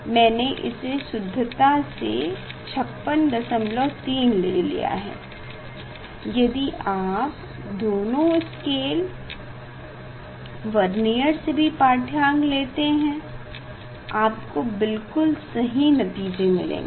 मैने इसे शुद्धता से 563 ले लिया है यदि आप दोनों स्केल वर्नियर से भी पाढ़यांक लेते है आपको बिल्कुल सही नतीजे मिलेंगे